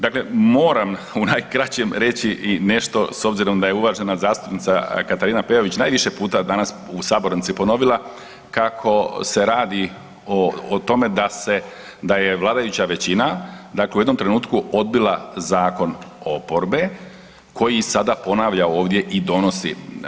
Dakle moram u najkraćem reći i nešto, s obzirom da je uvažena zastupnica Katarina Peović najviše puta danas u sabornici ponovila kako se radi o tome da se, da je vladajuća većina, dakle u jednom trenutku odbila zakon oporbe koji sada ponavlja ovdje i donosi.